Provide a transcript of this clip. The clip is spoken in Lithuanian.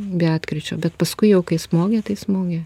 be atkryčio bet paskui jau kai smogė tai smogė